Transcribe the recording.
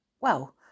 Well